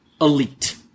Elite